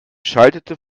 schaltete